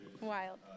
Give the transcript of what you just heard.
Wild